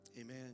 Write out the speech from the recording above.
Amen